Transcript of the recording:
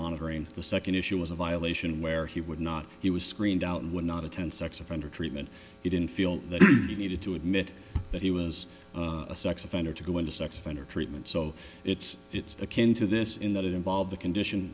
monitoring the second issue was a violation where he would not he was screened out and would not attend sex offender treatment he didn't feel that he needed to admit that he was a sex offender to go into sex offender treatment so it's it's akin to this in that it involved the condition